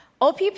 OPP